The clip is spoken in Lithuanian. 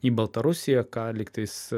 į baltarusiją ką lygtais